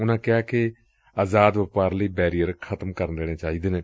ਉਨੁਾਂ ਕਿਹਾ ਕਿ ਆਜ਼ਾਦ ਵਪਾਰ ਲਈ ਬੈਰੀਅਰ ਖ਼ਤਮ ਕਰ ਦੇਣੇ ਚਾਹੀਦੇ ਨੇ